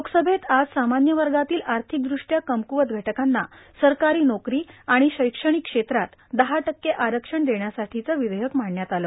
लोकसभेत आज सामान्य वर्गातील आर्थिक दृष्ट्या कमकूवत घटकांना सरकारी नोकरी आणि शैक्षणिक क्षेत्रात दहा टक्के आरक्षण देण्यासाठीचं विधेकय मांडण्यात आलं